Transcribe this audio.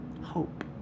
hope